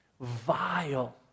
vile